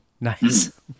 Nice